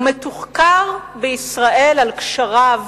הוא מתוחקר בישראל על קשריו